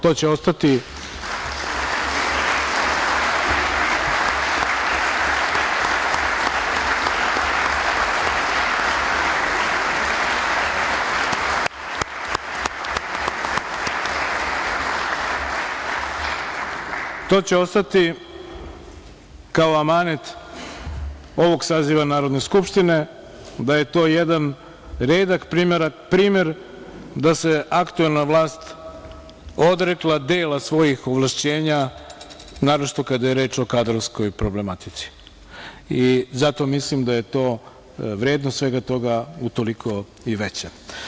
To će ostati kao amanet ovog saziva Narodne skupštine, da je to jedan primer da se aktuelna vlast odrekla dela svojih ovlašćenja, naročito kada je reč o kadrovskoj problematici i zato mislim da je vrednost svega toga utoliko i veća.